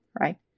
right